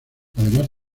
además